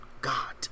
God